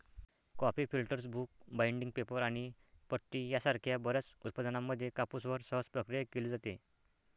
coffee filters, book binding, paper आणि पट्टी यासारख्या बर्याच उत्पादनांमध्ये कापूसवर सहज प्रक्रिया केली जाते